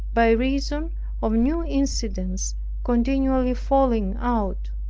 by reason of new incidents continually falling out.